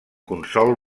consol